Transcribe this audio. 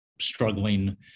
struggling